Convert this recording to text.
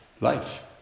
life